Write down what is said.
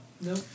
No